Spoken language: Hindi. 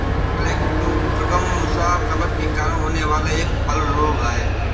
कलेक्टोट्रिकम मुसा कवक के कारण होने वाला एक फल रोग है